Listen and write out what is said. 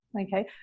okay